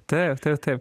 taip taip taip